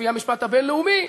לפי המשפט הבין-לאומי.